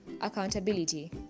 accountability